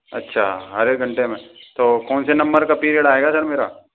अच्छा हर एक घंटे में तो कौन से नम्बर का पीरियड आएगा सर मेरा